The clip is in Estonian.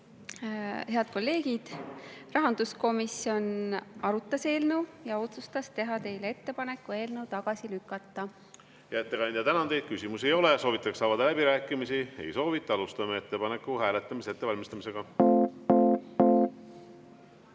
Head kolleegid! Rahanduskomisjon arutas eelnõu ja otsustas teha teile ettepaneku eelnõu tagasi lükata. Hea ettekandja! Tänan teid. Küsimusi ei ole. Soovitakse avada läbirääkimisi? Ei soovita. Alustame ettepaneku hääletamise ettevalmistamist.